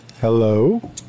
Hello